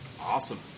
Awesome